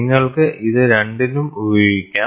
നിങ്ങൾക്ക് ഇത് രണ്ടിനും ഉപയോഗിക്കാം